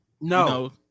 No